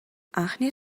анхны